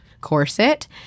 corset